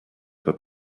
pas